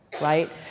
right